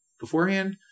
beforehand